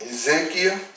Ezekiel